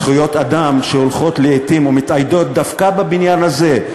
זכויות אדם שהולכות לעתים ומתאיידות דווקא בבניין הזה,